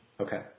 Okay